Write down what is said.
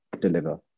deliver